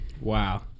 Wow